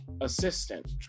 assistant